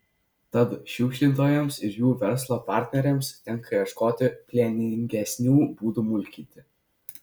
tad šiukšlintojams ir jų verslo partneriams tenka ieškoti pelningesnių būdų mulkinti